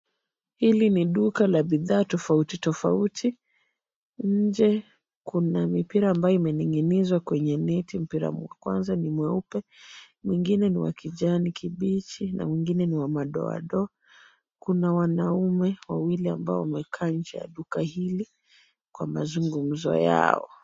Hili ni duka la bidhaa tofauti tofauti, nje kuna mipira ambayo imening'inizwa kwenye neti mpira mkwanza ni mweupe, mwingine ni wa kijani kibichi, na mwingine ni wa madoado. Kuna wanaume wawili ambao wamekaa nje ya duka hili, kwa mazungumzo yao.